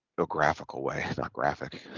no graphical way not graphic